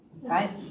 right